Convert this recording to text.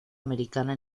americana